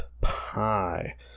Pie